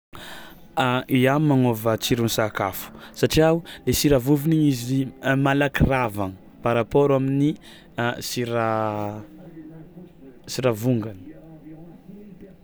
Ia magnôva tsiron'ny sakafo i sira vovony malaky ravana par rapport amin'ny sira sira vongany.